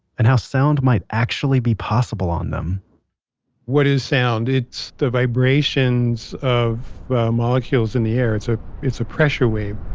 and how sound might actually be possible on them what is sound? it's the vibrations of molecules in the air. it's ah it's a pressure wave.